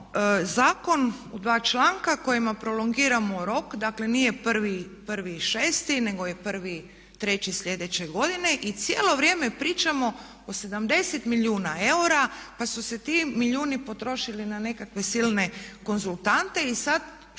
zakon u dva članka kojem prolongiramo rok, dakle nije 1.6. nego je 1.3. sljedeće godine i cijelo vrijeme pričamo o 70 milijuna eura pa su se ti milijuni potrošili na nekakve silne konzultante. I sada što